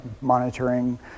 monitoring